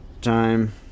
Time